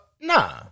Nah